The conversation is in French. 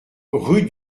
rue